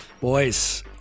Boys